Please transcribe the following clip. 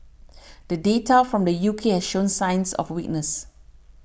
the data from the U K has shown signs of weakness